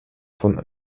von